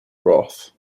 broth